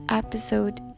episode